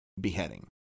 beheading